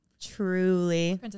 truly